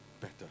better